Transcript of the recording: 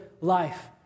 life